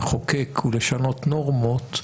לחוקק ולשנות נורמות,